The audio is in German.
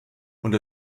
und